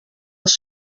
els